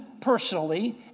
personally